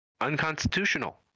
Unconstitutional